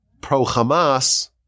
pro-Hamas